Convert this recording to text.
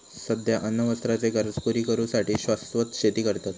सध्या अन्न वस्त्राचे गरज पुरी करू साठी शाश्वत शेती करतत